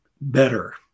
better